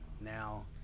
now